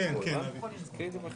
אתה יושב-ראש,